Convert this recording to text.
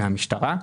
מהמשטרה.